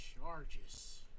charges